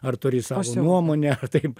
ar turi savo nuomonę ar taip